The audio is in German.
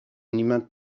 niemand